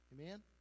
Amen